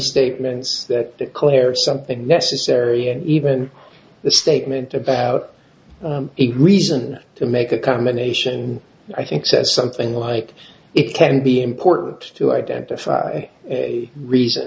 statements that declare something necessary and even the statement about reason to make a combination i think says something like it can be important to identify a reason